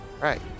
Right